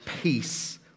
peace